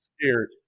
scared